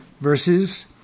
verses